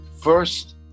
First